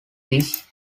this